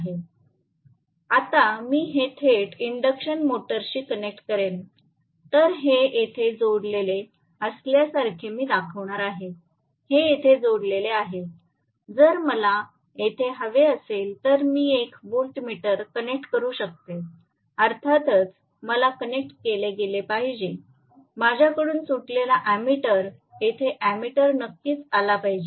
आता मी हे थेट इंडक्शन मोटरशी कनेक्ट करेन तर हे येथे जोडलेले असल्यासारखे मी दाखवणार आहे हे येथे जोडलेले आहे जर मला येथे हवे असेल तर मी एक व्होल्टमीटर कनेक्ट करू शकते अर्थातच मला कनेक्ट केले गेले पाहिजे माझ्याकडून सुटलेला अँमीटर येथे अँमीटर नक्कीच आला पाहिजे